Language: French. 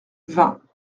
vingt